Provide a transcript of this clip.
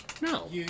No